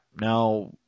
now